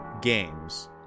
games